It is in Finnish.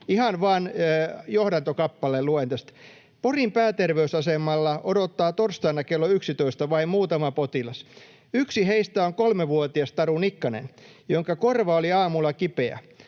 Ihan vain johdantokappaleen luen tästä: ”Porin pääterveysasemalla odottaa torstaina kello 11 vain muutama potilas. Yksi heistä on kolmevuotias Taru Nikkanen, jonka korva oli aamulla kipeä.